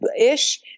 ish